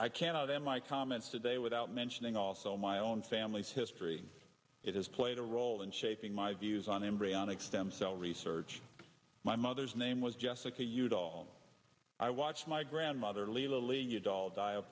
i cannot in my comments today without mentioning also my own family's history it has played a role in shaping my views on embryonic stem cell research my mother's name was jessica udall i watched my grandmother